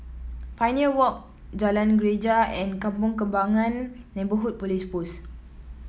Pioneer Walk Jalan Greja and Kampong Kembangan Neighbourhood Police Post